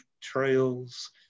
trails